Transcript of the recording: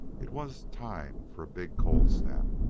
it was time for a big cold snap,